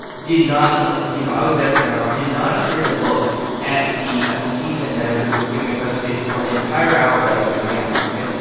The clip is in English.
did not like, you know, i was there for an hour did not appear to look at the impeachment manager who was giving a presentation for an entire hour that i was in the gallery, right?